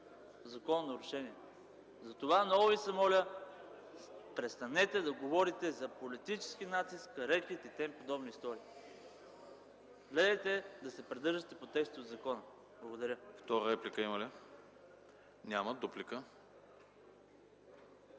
закононарушения. Затова много Ви моля, престанете да говорите за политически натиск, рекет и тем подобни истории. Гледайте да се придържате към текста от закона! Благодаря.